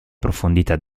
profondità